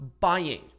buying